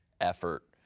effort